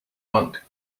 monk